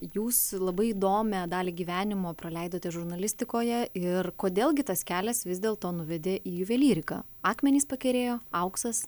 jūs labai įdomią dalį gyvenimo praleidote žurnalistikoje ir kodėl gi tas kelias vis dėl to nuvedė į juvelyriką akmenys pakerėjo auksas